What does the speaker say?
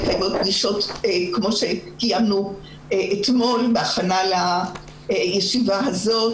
כמו שקיימנו אתמול בהכנה לישיבה הזאת.